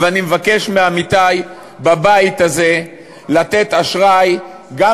ואני מבקש מעמיתי בבית הזה לתת אשראי גם